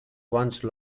once